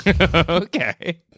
Okay